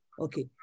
Okay